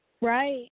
Right